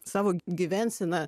savo gyvensena